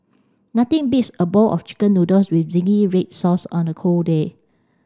nothing beats a bowl of chicken noodles with zingy red sauce on a cold day